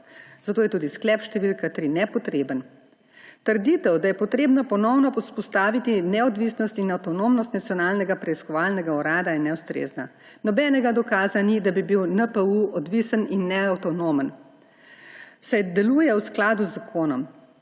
Zato je tudi sklep št. 3 nepotreben. Trditev, da je potrebno ponovno vzpostaviti neodvisnost in avtonomnost Nacionalnega preiskovalnega urada, je neustrezna. Nobenega dokaza ni, da bi bil NPU odvisen in neavtonomen, saj deluje v skladu z zakonom.